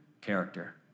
character